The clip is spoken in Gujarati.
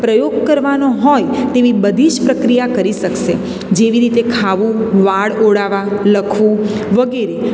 પ્રયોગ કરવાનો હોય તેવી બધી જ પ્રક્રિયા કરી શકશે જેવી રીતે ખાવું વાળ ઓળાવા લખવું વગેરે